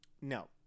No